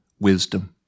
wisdom